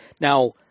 Now